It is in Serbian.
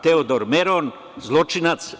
Teodor Meron, zločinac.